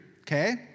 okay